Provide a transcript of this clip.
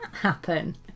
happen